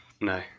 No